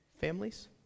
families